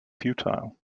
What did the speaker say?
futile